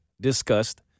discussed